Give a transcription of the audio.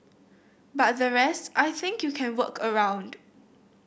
but the rest I think you can work around